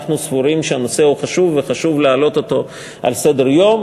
אנחנו סבורים שהנושא הוא חשוב וחשוב להעלות אותו על סדר-היום,